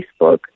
Facebook